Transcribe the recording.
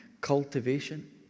cultivation